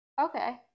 Okay